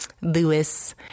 Lewis